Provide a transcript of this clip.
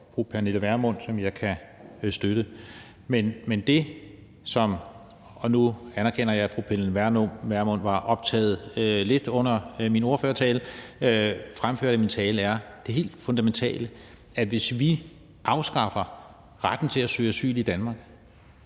fru Pernille Vermund, som jeg kan støtte. Men det – og nu anerkender jeg, at fru Pernille Vermund var lidt optaget under min ordførertale – som jeg fremfører i min tale, er det helt fundamentale, at hvis vi afskaffer retten til at søge asyl i Danmark,